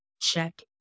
Check